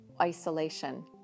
isolation